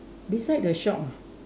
beside the shop ah